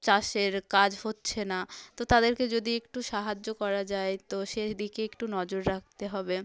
চাষের কাজ হচ্ছে না তো তাদেরকে যদি একটু সাহায্য করা যায় তো সেই দিকে একটু নজর রাখতে হবে